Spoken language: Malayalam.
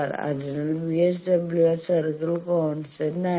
അതിനാൽ VSWR സർക്കിൾ കോൺസ്റ്റന്റ് ആണ്